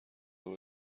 اول